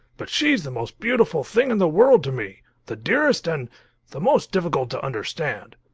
but she's the most beautiful thing in the world to me, the dearest and the most difficult to understand.